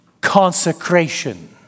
consecration